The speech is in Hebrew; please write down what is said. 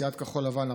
סיעת כחול לבן,